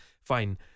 fine